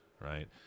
right